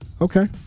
Okay